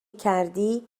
کردی